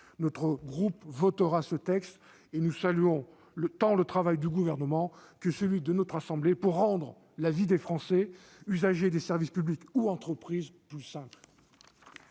En Marche voteront ce texte. Nous saluons tant le travail du Gouvernement que celui de notre assemblée pour rendre la vie des Français, usagers des services publics ou entreprises, plus simple